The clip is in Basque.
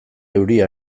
euria